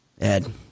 Ed